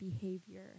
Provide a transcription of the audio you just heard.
behavior